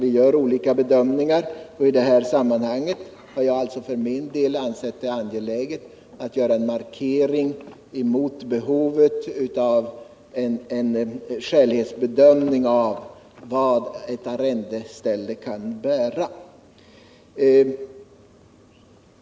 I detta sammanhang har jag för min del ansett det angeläget att göra en markering för behovet av en skälighetsbedömning av vad ett arrendeställe kan bära.